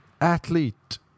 athlete